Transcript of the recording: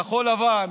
כחול לבן,